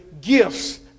gifts